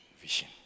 vision